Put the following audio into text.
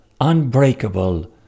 unbreakable